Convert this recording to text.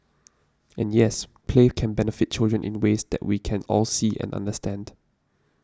and yes play can benefit children in ways that we can all see and understand